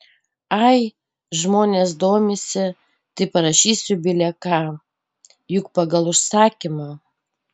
ai žmonės domisi tai parašysiu bile ką juk pagal užsakymą